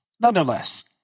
nonetheless